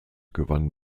gewann